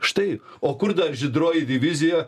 štai o kur dar žydroji divizija